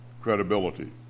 credibility